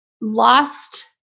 lost